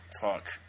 Fuck